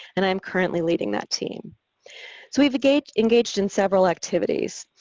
and i'm currently leading that team. so we've engaged engaged in several activities.